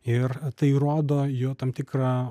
ir tai rodo jo tam tikrą